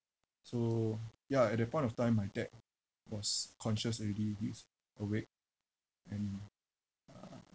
so ya at that point of time my dad was conscious already he's awake and uh